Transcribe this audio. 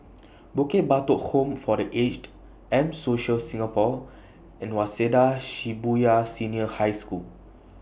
Bukit Batok Home For The Aged M Social Singapore and Waseda Shibuya Senior High School